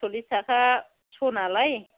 सरलिस थाखा स' नालाय